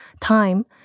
time